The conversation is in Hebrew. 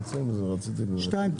9י2,